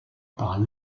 par